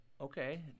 Okay